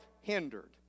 hindered